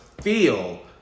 feel